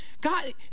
God